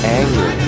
anger